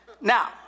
Now